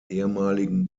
ehemaligen